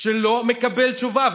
שלא מקבל תשובה,